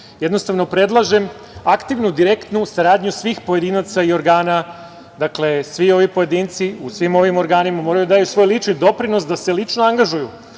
nema reči. Predlažem aktivnu, direktnu saradnju svih pojedinaca i organa, dakle, svi ovi pojedinci u svim ovim organima moraju da daju svoj lični doprinos, da se lično angažuju,